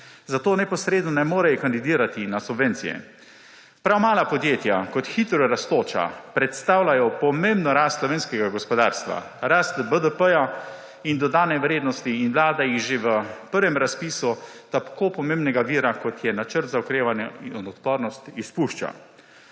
zato neposredno ne morejo kandidirati na subvencije. Prav mala podjetja kot hitro rastoča predstavljajo pomembno rast slovenskega gospodarstva, rast BDP in dodane vrednosti, in Vlada jih že v prvem razpisu tako pomembnega vira, kot je Načrt za okrevanje in odpornost, izpušča.